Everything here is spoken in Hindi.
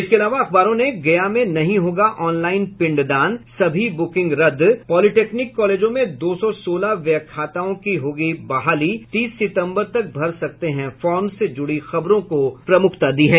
इसके अलावा अखबारों ने गया में नहीं होगा ऑनलाईन पिंडदान सभी बुकिंग रद्द पॉलटेक्निक कॉलेजों में दो सौ सोलह व्याख्याताओं की होगी बहाली तीस सितम्बर तक भर सकते हैं फार्म से जुड़ी खबरों को प्रमुखता दी है